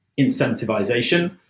incentivization